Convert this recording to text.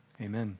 Amen